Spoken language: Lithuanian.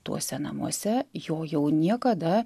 tuose namuose jo jau niekada